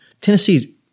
Tennessee